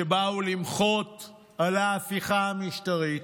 שבאו למחות על ההפיכה המשטרית,